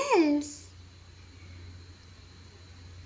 yes